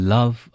Love